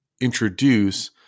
introduce